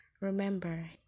Remember